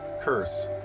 curse